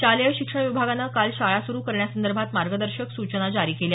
शालेय शिक्षण विभागानं काल शाळा सुरु करण्यासंदर्भात मार्गदर्शक सूचना जारी केल्या